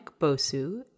Bosu